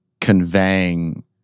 conveying